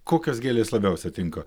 kokios gėlės labiausia tinka